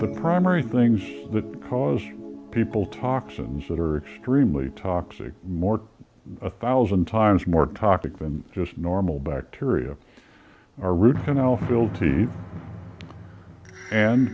the primary things that cause people toxins that are extremely toxic more a thousand times more toxic than just normal bacteria or root canal guilty and